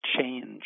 change